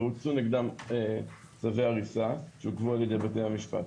והוצאו נגדם צווי הריסה שעוכבו על ידי בתי המשפט.